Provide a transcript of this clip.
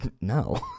No